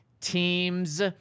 teams